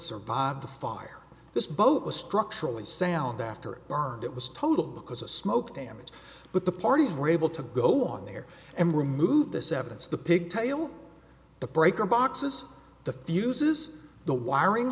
survived the fire this boat was structurally sound after burned it was totaled because a smoke damaged but the parties were able to go on there and remove this evidence the pigtail the breaker boxes the fuses the wiring